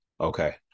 Okay